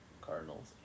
Cardinals